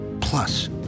plus